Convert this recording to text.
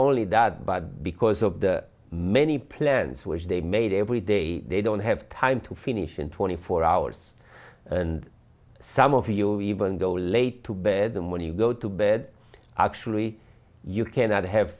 only that but because of the many plans which they made every day they don't have time to finish in twenty four hours and some of you even though late to bed and when you go to bed actually you cannot have